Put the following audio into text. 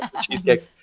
Cheesecake